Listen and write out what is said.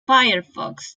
firefox